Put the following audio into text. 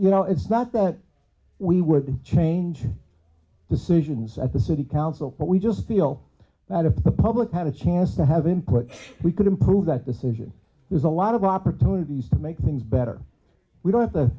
you know it's not that we would change decisions at the city council but we just feel that if the public had a chance to have input we could improve that decision there's a lot of opportunities to make things better we don't have to